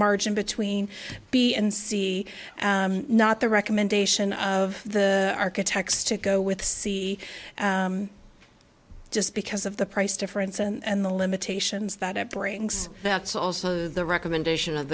margin between b and c not the recommendation of the architects to go with c just because of the price difference and the limitations that it brings that's also the recommendation of